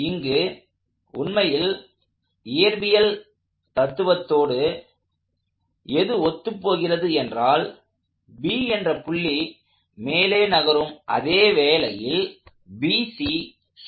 இங்கு உண்மையில் இயற்பியல் தத்துவத்தோடு எது ஒத்துப் போகிறது என்றால் B என்ற புள்ளி மேலே நகரும் அதே வேளையில் BC சுற்றுகிறது